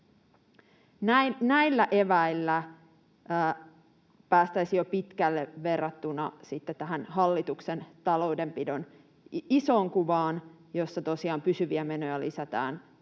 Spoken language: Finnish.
Näillä eväillä päästäisiin jo pitkälle verrattuna tähän hallituksen taloudenpidon isoon kuvaan, jossa tosiaan pysyviä menoja lisätään,